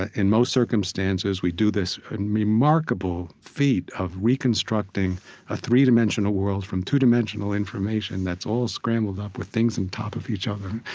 ah in most circumstances, we do this remarkable feat of reconstructing a three-dimensional world from two-dimensional information that's all scrambled up with things on and top of each other